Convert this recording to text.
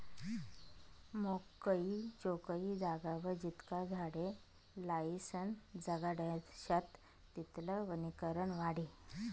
मोकयी चोकयी जागावर जितला झाडे लायीसन जगाडश्यात तितलं वनीकरण वाढी